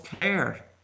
care